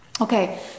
Okay